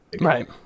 Right